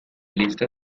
lista